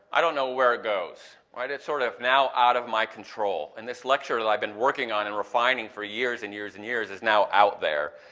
i don't know where it goes, right? it's sort of now out of my control, and this lecture that i've been working on and refining for years and years and years is now out there,